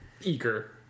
eager